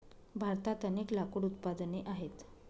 भारतात अनेक लाकूड उत्पादने आहेत